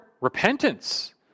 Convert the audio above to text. repentance